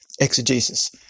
exegesis